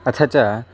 अथ च